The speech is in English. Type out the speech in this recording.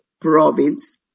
province